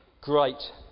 Great